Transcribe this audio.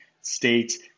State's